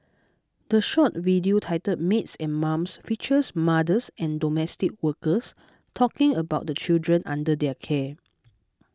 the short video titled Maids and Mums features mothers and domestic workers talking about the children under their care